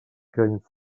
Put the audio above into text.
elements